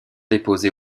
déposé